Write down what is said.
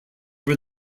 were